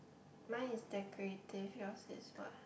mine is decorative yours is what